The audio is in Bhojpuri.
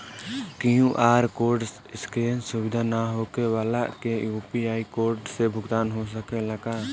क्यू.आर कोड स्केन सुविधा ना होखे वाला के यू.पी.आई कोड से भुगतान हो सकेला का?